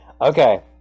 Okay